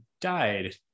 died